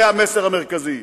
זה המסר המרכזי.